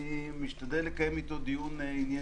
משתדל לקיים אתו דיון ענייני,